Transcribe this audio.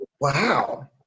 Wow